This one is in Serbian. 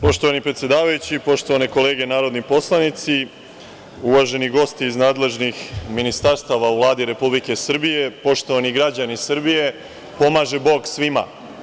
Poštovani predsedavajući, poštovane kolege narodni poslanici, uvaženi gosti iz nadležnih ministarstava u Vladi Republike Srbije, poštovani građani Srbije, pomaže Bog svima!